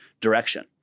direction